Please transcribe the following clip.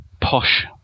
posh